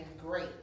great